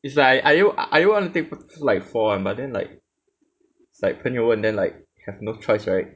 it's like are you are you want to take like four [one] but then like it's like 朋友问 and then like have no choice right